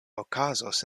okazos